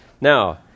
Now